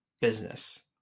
business